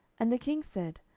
and the king said,